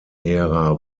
ära